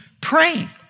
praying